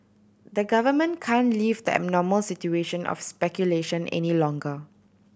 the government can't leave the abnormal situation of speculation any longer